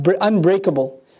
unbreakable